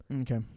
Okay